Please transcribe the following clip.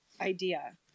idea